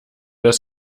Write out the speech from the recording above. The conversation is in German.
das